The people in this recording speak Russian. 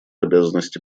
обязанности